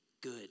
good